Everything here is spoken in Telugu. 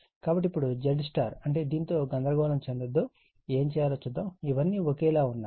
కాబట్టి ఇప్పుడు ZΥ అంటే దీనితో గందరగోళం చెందకూడదు ఏమి చేయాలో చూద్దాం ఇవన్నీ ఒకేలా ఉన్నాయి